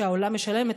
שהעולם משלם,